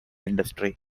industry